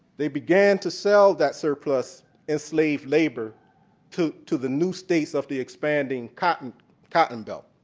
they began to sell that surplus enslaved labor to to the new states of the expanding cotton cotton belt.